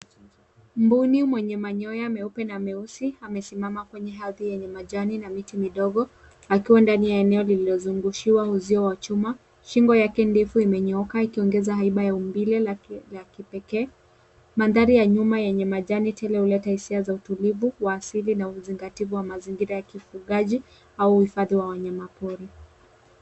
Mbuni mwenye manyoya meupe na meusi amesimama kwenye ardhi yenye majani na miti midogo akiwa ndani ya enwo lililozungushiwa uzio wa chuma. Shingo yake ndefu imenyooka ikiongeza haiba ya umbile la kipekee. Mandhari ya nyuma yenye majani tele huleta hisia za utulivu wa asili na uzingatifu wa mazingira ya kifungaji au uhifadhi wa wanyama pori.